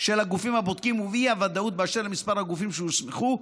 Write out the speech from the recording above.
של הגופים הבודקים ובאי-ודאות באשר למספר הגופים שיוסמכו,